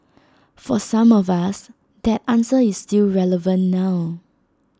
for some of us that answer is still relevant now